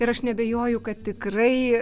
ir aš neabejoju kad tikrai